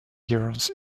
years